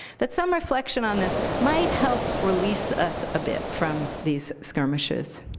that some reflection on this might help release us a bit from these skirmishes.